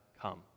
come